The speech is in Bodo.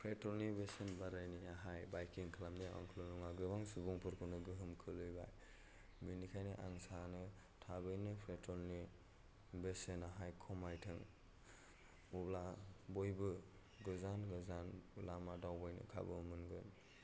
पेट्रलनि बेसेन बारायनायाहाय बाइकिं खालामनाया आंखौल' नङा गोबां सुबंफोरखौनो गोहोम खोलैबाय बिनिखायनो आं सानो थाबैनो पेट्रलनि बेसेनाहाय खमायथों अब्ला बयबो गोजान गोजान लामा दावबायनो खाबु मोनगोन